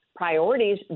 priorities